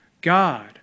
God